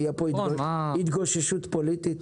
שתהיה פה התגוששות פוליטית?